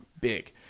big